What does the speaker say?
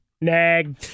Nag